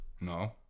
No